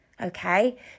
okay